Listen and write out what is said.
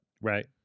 Right